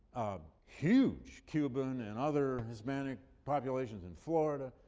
huge cuban and other hispanic populations in florida.